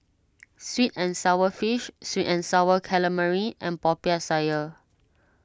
Sweet and Sour Fish Sweet and Sour Calamari and Popiah Sayur